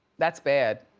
that's bad.